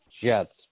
Jets